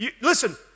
Listen